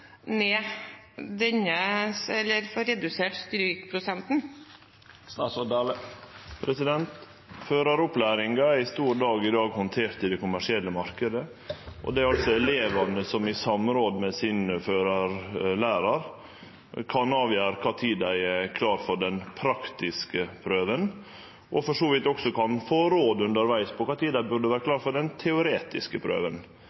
redusert strykprosenten? Føraropplæringa er i stor grad i dag handtert i den kommersielle marknaden, og det er elevane som i samråd med førarlæraren sin kan avgjere kva tid dei er klare for den praktiske prøva, og for så vidt også kan få råd undervegs om kva tid dei burde vere